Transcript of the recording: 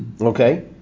Okay